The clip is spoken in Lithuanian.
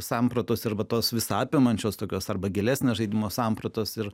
sampratos arba tos visą apimančios tokios arba gilesnio žaidimo sampratos ir